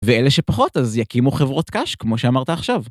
‫ואלה שפחות אז יקימו חברות קש, ‫כמו שאמרת עכשיו.